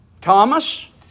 Thomas